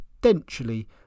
potentially